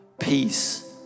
peace